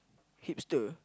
hipster